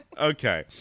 Okay